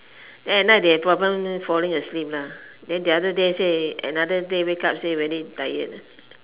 then at night they have problem falling asleep lah then the other day say another day wake up say very tired